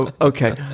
Okay